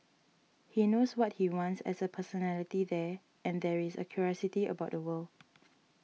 he knows what he wants as a personality there and there is a curiosity about the world